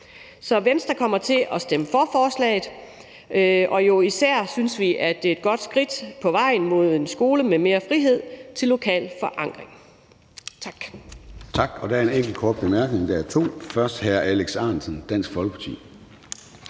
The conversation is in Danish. Så Venstre kommer til at stemme for forslaget, og især synes vi, at det er et godt skridt på vejen mod en skole med mere frihed til lokal forankring. Tak.